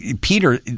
Peter